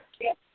Yes